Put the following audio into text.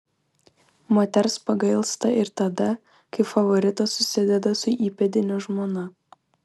moters pagailsta ir tada kai favoritas susideda su įpėdinio žmona